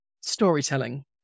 storytelling